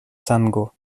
sango